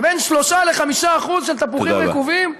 זה בין 3% ל-5% של תפוחים רקובים.